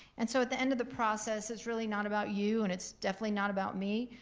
and so at the end of the process, it's really not about you, and it's definitely not about me,